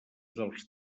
dels